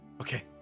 Okay